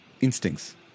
instincts